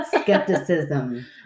skepticism